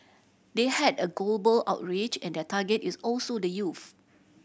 they had a global outreach and their target is also the youth